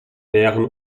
näheren